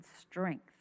strength